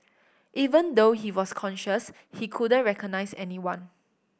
even though he was conscious he couldn't recognise anyone